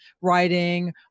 writing